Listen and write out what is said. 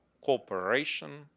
cooperation